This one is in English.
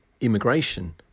immigration